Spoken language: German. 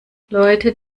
leute